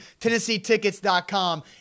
TennesseeTickets.com